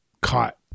caught